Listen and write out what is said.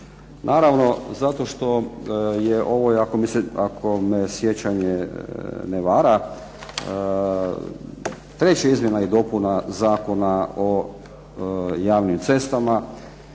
Naravno zato što je ovo, ako me sjećanje ne vara, treća izmjena i dopuna Zakona o javnim cestama,